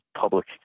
public